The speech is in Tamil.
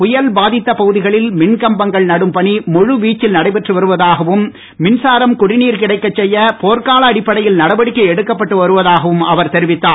புயல் பாதித்த பகுதிகளில் மின்கம்பங்கள் நடும் பணி முழு வீச்சில் நடைபெற்று வருவதாகவும் மின்சாரம் குடீநீர் கிடைக்கச் செய்ய போர்க்கால அடிப்படையில் நடவடிக்கை எடுக்கப்பட்டு வருவதாகவும் அவர் தெரிவித்தார்